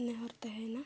ᱱᱮᱦᱚᱨ ᱛᱟᱦᱮᱭᱮᱱᱟ